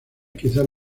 quizás